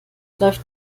läuft